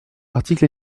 articles